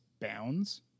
bounds